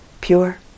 Pure